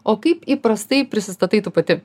o kaip įprastai prisistatai tu pati